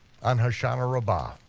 on hoshana rabbah,